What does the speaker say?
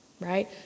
right